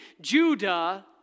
Judah